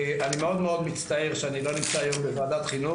אני מאוד מאוד מצטער שאני לא נמצא בוועדת החינוך היום,